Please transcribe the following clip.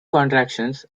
contractions